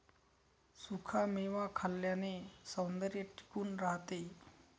सुखा मेवा खाल्ल्याने सौंदर्य टिकून राहते